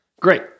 great